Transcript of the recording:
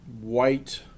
white